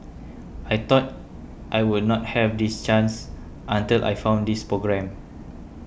I thought I would not have this chance until I found this programme